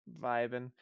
vibing